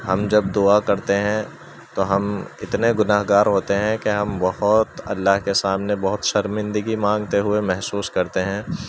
ہم جب دعا کرتے ہیں تو ہم اتنے گنہگار ہوتے ہیں کہ ہم بہت اللہ کے سامنے بہت شرمندگی مانگتے ہوئے محسوس کرتے ہیں